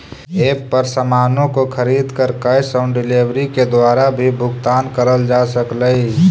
app पर सामानों को खरीद कर कैश ऑन डिलीवरी के द्वारा भी भुगतान करल जा सकलई